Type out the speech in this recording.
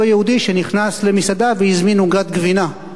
יהודי שנכנס למסעדה והזמין עוגת גבינה.